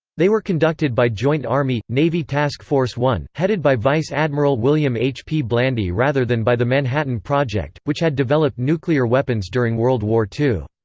they were conducted by joint army navy task force one, headed by vice admiral william h. p. blandy rather than by the manhattan project, which had developed nuclear weapons during world war ii.